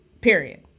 period